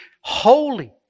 holy